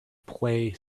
play